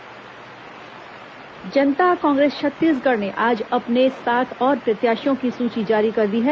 जोगी उम्मीदवार जनता कांग्रेस छत्तीसगढ़ ने आज अपने सात और प्रत्याशियों की सूची जारी कर दी है